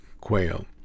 quail